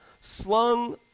slung